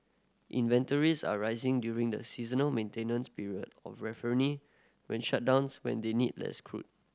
inventories are rising during the seasonal maintenance period of when shutdowns when they need less crude